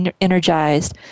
energized